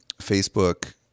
Facebook